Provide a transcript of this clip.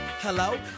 Hello